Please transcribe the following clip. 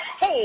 Hey